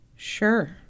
Sure